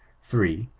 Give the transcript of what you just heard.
three.